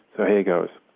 here here goes